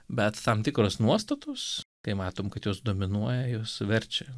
bet tam tikrus nuostatus tai matom kad jos dominuoja jos verčia